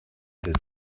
that